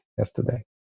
Yesterday